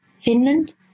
Finland